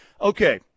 Okay